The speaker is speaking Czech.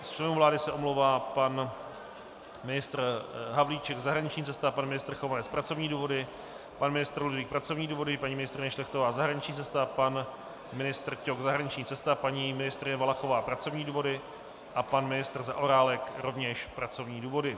Z členů vlády se omlouvá pan ministr Havlíček zahraniční cesta, pan ministr Chovanec pracovní důvody, pan ministr Ludvík pracovní důvody, paní ministryně Šlechtová zahraniční cesta, pan ministr Ťok zahraniční cesta, paní ministryně Valachová pracovní důvody a pan ministr Zaorálek rovněž pracovní důvody.